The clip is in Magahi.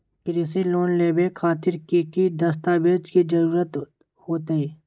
कृषि लोन लेबे खातिर की की दस्तावेज के जरूरत होतई?